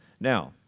Now